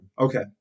Okay